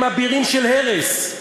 הם אבירים של הרס,